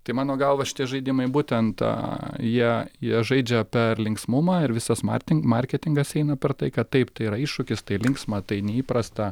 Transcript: tai mano galva šitie žaidimai būtent jie jie žaidžia per linksmumą ir visas marting marketingas eina per tai kad taip tai yra iššūkis tai linksma tai neįprasta